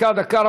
דקה, דקה.